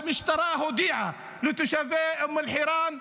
שהמשטרה הודיעה לתושבי אום אל חיראן,